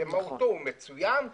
במהותו, החוק הוא מצוין.